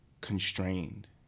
constrained